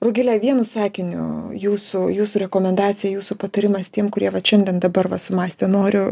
rugile vienu sakiniu jūsų jūsų rekomendacija jūsų patarimas tiem kurie vat šiandien dabar va sumąstė noriu